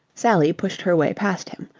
sally pushed her way past him.